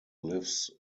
lives